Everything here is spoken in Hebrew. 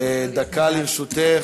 דקה לרשותך.